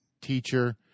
teacher